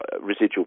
residual